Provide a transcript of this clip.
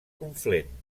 conflent